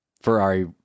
Ferrari